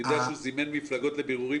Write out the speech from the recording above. אני יודע שהוא זימן מפלגות לבירורים